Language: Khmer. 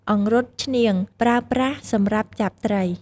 អង្រុត ឈ្នាង បករើប្រាស់សម្រាប់ចាប់ត្រី។